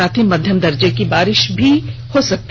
साथ ही मध्यम दर्जे की बारिश भी होगी